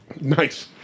Nice